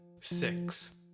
six